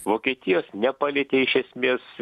vokietijos nepalietė iš esmės